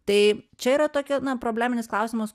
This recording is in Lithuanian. tai čia yra tokia probleminis klausimas